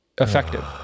effective